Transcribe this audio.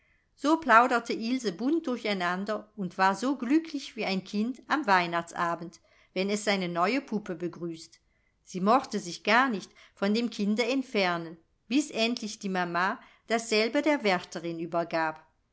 so plauderte ilse bunt durcheinander und war so glücklich wie ein kind am weihnachtsabend wenn es seine neue puppe begrüßt sie mochte sich gar nicht von dem kinde entfernen bis endlich die mama dasselbe der wärterin übergab